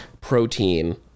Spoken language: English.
protein